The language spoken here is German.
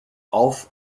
auf